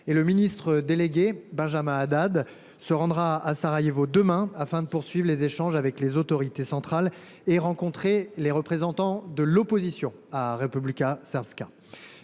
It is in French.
Le ministre délégué Benjamin Haddad se rendra demain à Sarajevo afin de poursuivre les échanges avec les autorités centrales et de rencontrer les représentants des partis d’opposition de Republika Srpska.